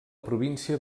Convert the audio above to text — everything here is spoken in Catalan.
província